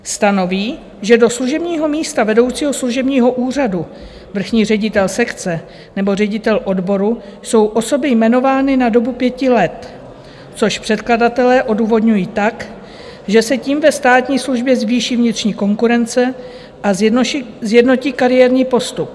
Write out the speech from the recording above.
Stanoví, že do služebního místa vedoucího služebního úřadu, vrchní ředitel sekce nebo ředitel odboru jsou osoby jmenovány na dobu pěti let, což předkladatelé odůvodňují tak, že se tím ve státní službě zvýší vnitřní konkurence a sjednotí kariérní postup.